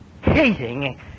hating